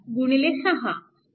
5 6